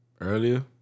Earlier